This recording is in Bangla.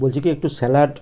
বলছি কি একটু স্যালাড